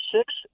six